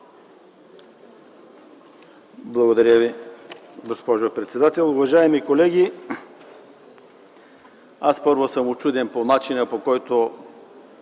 Благодаря Ви, госпожо председател. Уважаеми колеги, първо съм учуден от начина, по който